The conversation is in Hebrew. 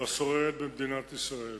השוררת במדינת ישראל.